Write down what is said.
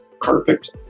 Perfect